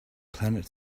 planet